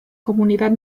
comunidad